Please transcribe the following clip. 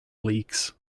leaks